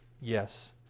yes